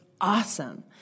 awesome